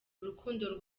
urukundo